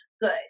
good